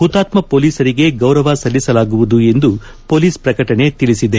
ಹುತಾತ್ನ ಹೊಲೀಸರಿಗೆ ಗೌರವ ಸಲ್ಲಿಸಲಾಗುವುದು ಎಂದು ಪೊಲೀಸ್ ಪ್ರಕಟಣೆ ತಿಳಿಸಿದೆ